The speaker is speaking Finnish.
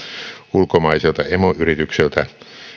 ulkomaiselta emoyritykseltä